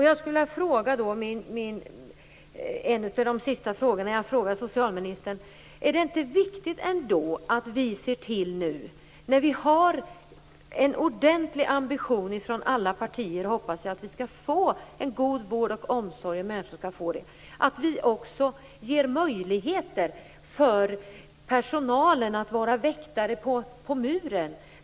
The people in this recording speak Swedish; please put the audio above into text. Jag skulle vilja fråga socialministern i en av mina sista frågor till henne: Är det inte viktigt att vi, nu när alla partier har en ordentlig ambition och hoppas att människor skall få god vård och omsorg, ser till att vi ger möjligheter för personalen att vara väktare på muren?